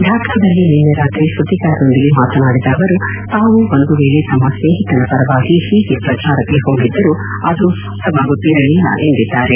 ಢಾಕಾದಲ್ಲಿ ನಿನ್ನೆ ರಾತ್ರಿ ಸುದ್ದಿಗಾರರೊಂದಿಗೆ ಮಾತನಾಡಿದ ಅವರು ತಾವು ಒಂದು ವೇಳಿ ತಮ್ಮ ಸ್ನೇಹಿತನ ಪರವಾಗಿ ಹೀಗೆ ಪ್ರಚಾರಕ್ಕೆ ಹೋಗಿದ್ದರೂ ಅದು ಸೂಕ್ತವಾಗುತ್ತಿರಲಿಲ್ಲ ಎಂದಿದ್ದಾರೆ